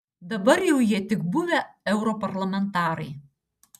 dabar jau jie tik buvę europarlamentarai